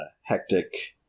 hectic